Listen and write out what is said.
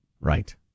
Right